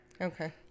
Okay